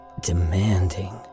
demanding